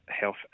health